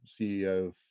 ceo